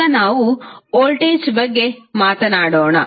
ಈಗ ನಾವು ವೋಲ್ಟೇಜ್ ಬಗ್ಗೆ ಮಾತನಾಡೋಣ